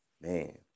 man